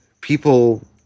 People